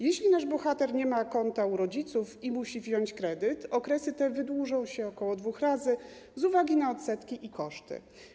Jeśli nasz bohater nie ma kąta u rodziców i musi wziąć kredyt, okresy te wydłużą się około dwóch razy z uwagi na odsetki i koszty.